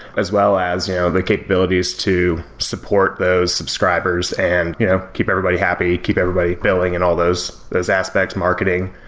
as well as you know the capabilities to support those subscribers and you know keep everybody happy, keep everybody billing and all those those aspects marketing,